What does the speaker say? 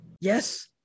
yes